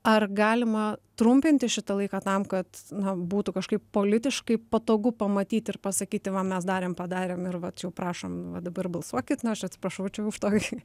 ar galima trumpinti šitą laiką tam kad na būtų kažkaip politiškai patogu pamatyti ir pasakyti va mes darėm padarėm ir vat jau prašom va dabar balsuokit nu aš atsiprašau čia už tokį